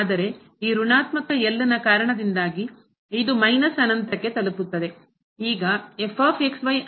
ಆದರೆ ಈ ಋಣಾತ್ಮಕ ನ ಕಾರಣದಿಂದಾಗಿ ಇದು ಮೈನಸ್ ಅನಂತಕ್ಕೆ ತಲುಪುತ್ತದೆ